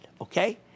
okay